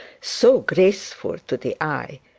so grateful to the eye,